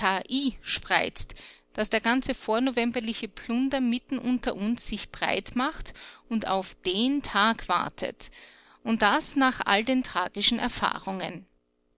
spreizt daß der ganze vornovemberliche plunder mitten unter uns sich breit macht und auf den tag wartet und das nach all den tragischen erfahrungen